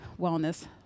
wellness